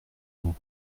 mots